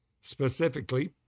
specifically